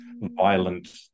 violent